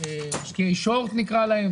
משקיעי שורט נקרא להם,